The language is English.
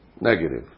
negative